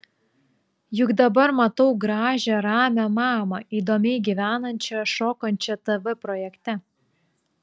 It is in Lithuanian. juk dabar matau gražią ramią mamą įdomiai gyvenančią šokančią tv projekte